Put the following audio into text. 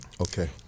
Okay